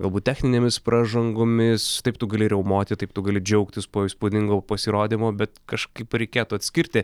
galbūt techninėmis pražangomis taip tu gali riaumoti taip tu gali džiaugtis po įspūdingo pasirodymo bet kažkaip reikėtų atskirti